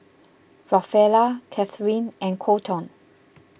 Rafaela Cathrine and Kolton